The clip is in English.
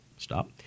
Stop